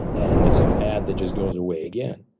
and it's a fad that just goes away again.